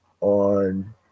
on